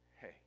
hey